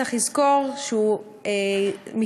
צריך לזכור שהוא מתכלה.